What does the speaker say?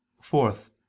Fourth